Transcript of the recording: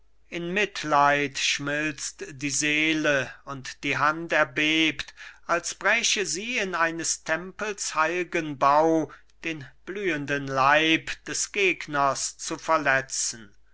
in mitleid schmilzt die seele und die hand erbebt als bräche sie in eines tempels heilgen bau den blühenden leib des gegners zu verletzen